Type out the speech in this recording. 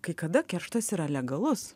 kai kada kerštas yra legalus